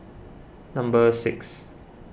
number six